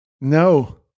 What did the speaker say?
No